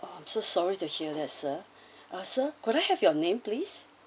!aww! I'm so sorry to hear that sir ah sir could I have your name please